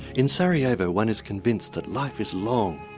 in sarajevo, one is convinced that life is long.